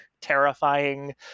terrifying